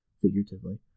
figuratively